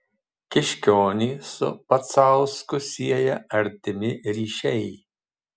kiškionį su pacausku sieja artimi ryšiai